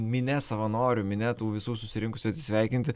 minia savanorių minia tų visų susirinkusių atsisveikinti